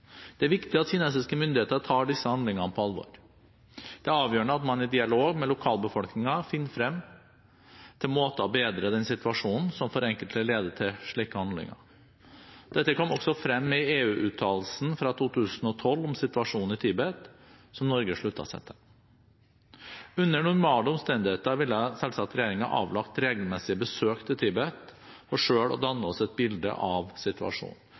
Det er viktig at kinesiske myndigheter tar disse handlingene på alvor. Det er avgjørende at man i dialog med lokalbefolkningen finner frem til måter å bedre den situasjonen som for enkelte leder til slike handlinger. Dette kom også frem i EU-uttalelsen fra 2012 om situasjonen i Tibet, som Norge sluttet seg til. Under normale omstendigheter ville selvsagt regjeringen avlagt regelmessige besøk til Tibet for selv å danne seg et bilde av situasjonen.